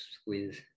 squeeze